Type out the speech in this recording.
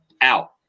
out